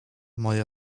moja